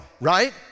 right